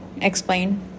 explain